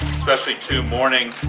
especially two morning,